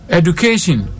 education